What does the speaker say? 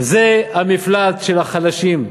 זה המפלט של החלשים,